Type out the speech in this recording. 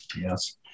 Yes